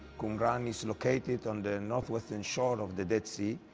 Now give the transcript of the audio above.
qumran is located on the northwestern shore of the dead sea,